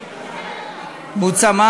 מה?